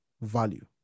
Value